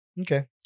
Okay